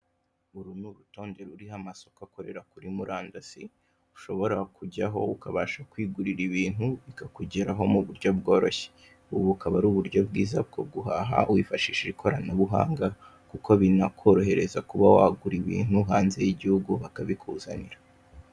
Uru nurutonde ruriho amasoko akorera kuri murandasi ushobora kujyaho ukabasha kwigurira ibintu bikakugeraho muburyo bworoshye, ubu bukaba ari uburyo bwiza bwo guhaha wifashishije ikoranabuhanga kuko binakorohereza kuba wagura ibintu hanze y'igihugu bakabikuzanira.